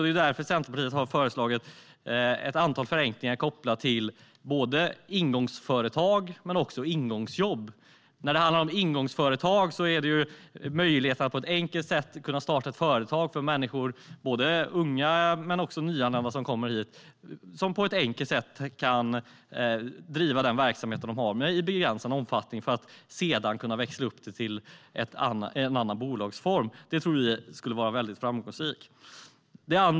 Det är därför Centerpartiet har föreslagit ett antal förenklingar kopplade till både ingångsföretag och ingångsjobb. Ingångsföretag är ju en möjlighet för unga men också nyanlända att på ett enkelt sätt starta ett företag och driva en verksamhet i begränsad omfattning för att sedan kunna växla upp till en annan bolagsform. Det tror vi skulle vara väldigt framgångsrikt.